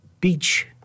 Beach